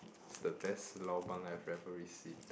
is the best lobang I have ever received